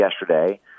yesterday